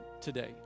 today